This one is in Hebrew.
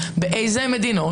שחיתות.